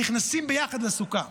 נכנסים ביחד לסוכה.